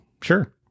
Sure